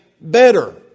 better